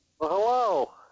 hello